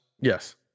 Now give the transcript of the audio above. Yes